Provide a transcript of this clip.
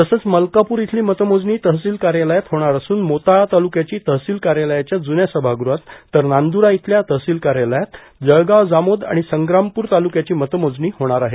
तसंच मतकापूर इथली मतमोजणी तहसिल कार्यालयात होणार असून मोताळा तालुक्याची तहसिल कार्यालयाच्या जुन्या सभागृहात तर नांदुरा इथल्या तहसिल कार्यालयात जळगावं जामोद आणि संग्रामपूर तालुक्याची मतमोजणी होणार आहे